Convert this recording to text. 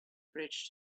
bridge